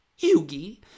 Yugi